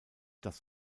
das